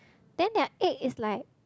then their egg is like